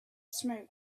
smoke